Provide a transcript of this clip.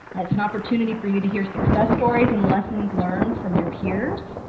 ah it's an opportunity for you to hear success stories and lessons learned from your peers.